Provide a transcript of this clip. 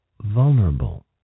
vulnerable